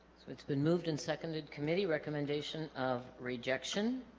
it's been moved and seconded committee recommendation of rejection